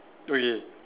okay